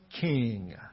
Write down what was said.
king